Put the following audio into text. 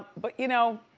but you know,